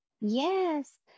Yes